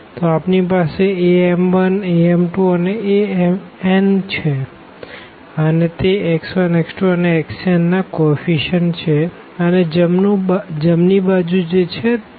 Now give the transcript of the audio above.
તો આપણી પાસે am1 am2 અને amn છે અને તે x1 x2 અને xnના કો એફ્ફીશીયનટ છે અને જમણી બાજુ છે bm